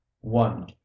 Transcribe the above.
one